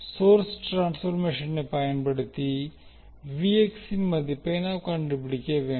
source ட்ரான்ஸ்பர்மேஷனை பயன்படுத்தி இன் மதிப்பை நாம் கண்டுபிடிக்க வேண்டும்